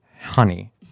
honey